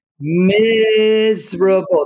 Miserable